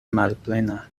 malplena